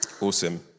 Awesome